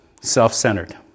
self-centered